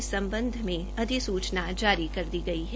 इस सम्बध में अधिसूचना जारी कर दी गई है